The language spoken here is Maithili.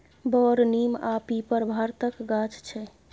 बर, नीम आ पीपर भारतक गाछ छै